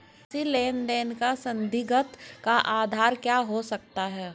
किसी लेन देन का संदिग्ध का आधार क्या हो सकता है?